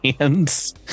hands